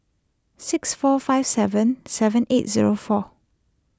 six four five seven seven eight zero four